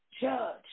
Judge